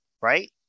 right